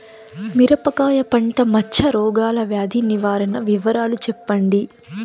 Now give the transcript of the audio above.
మిరపకాయ పంట మచ్చ రోగాల వ్యాధి నివారణ వివరాలు చెప్పండి?